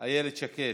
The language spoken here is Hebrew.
איילת שקד,